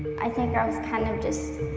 i think i was kinda just